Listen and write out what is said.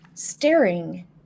staring